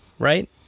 right